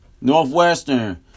Northwestern